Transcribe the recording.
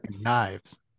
knives